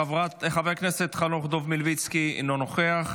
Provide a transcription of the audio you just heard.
חבר כנסת חנוך דב מלביצקי, אינו נוכח.